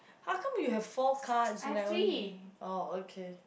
how come you have four cards and I only oh okay